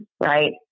Right